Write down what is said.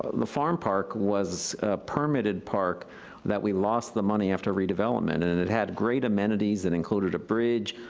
and the farm park was a permitted park that we lost the money after redevelopment and and it had great amenities that included a bridge,